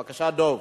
בבקשה, דב.